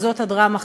וזאת הדרמה,